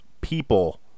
people